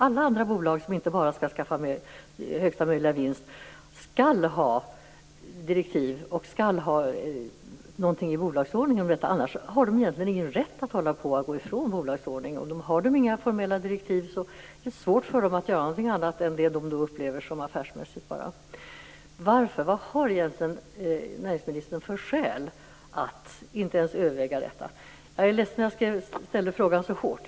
Alla andra bolag som inte bara skall göra högsta möjliga vinst skall ha direktiv och skall ha något om detta i bolagsordningen. Annars har de egentligen ingen rätt att hålla på att gå ifrån bolagsordningen. Har de inga formella direktiv är det svårt för dem att göra något annat än det de bara upplever som affärsmässigt. Vad har egentligen näringsministern för skäl för att inte ens överväga detta? Jag är ledsen att jag ställde frågan så fort.